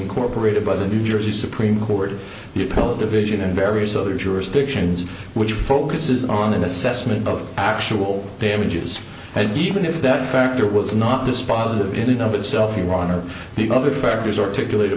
incorporated by the new jersey supreme court the appellate division and various other jurisdictions which focuses on an assessment of actual damages and even if that factor was not dispositive didn't of itself iran or the other factors articulate